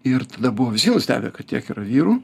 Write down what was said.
ir tada buvo visi nustebę kad tiek yra vyrų